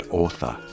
author